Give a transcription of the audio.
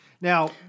Now